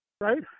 right